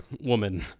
woman